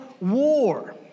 war